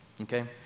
Okay